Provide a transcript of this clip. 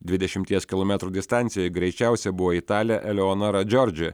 dvidešimties kilometrų distancijoj greičiausia buvo italė eleonora džordži